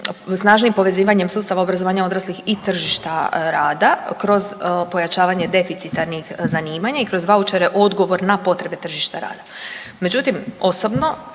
snažnijim povezivanjem sustava obrazovanja odraslih i tržišta rada kroz pojačavanje deficitarnih zanimanja i kroz vaučere odgovor na tržište rada. Međutim, osobno